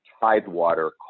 Tidewater